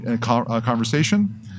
conversation